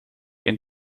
een